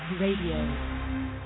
Radio